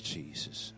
Jesus